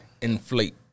Inflate